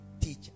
Teach